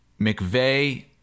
McVeigh